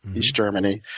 east germany.